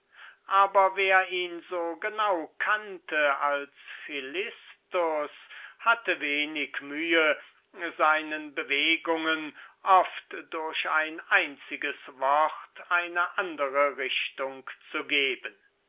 aber wer ihn so genau kannte als philistus hatte wenig mühe seinen bewegungen oft durch ein einziges wort eine andere richtung zu geben